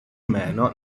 meno